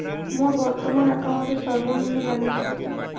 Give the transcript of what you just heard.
মোর বর্তমান অ্যাকাউন্টের সর্বনিম্ন ব্যালেন্স কত?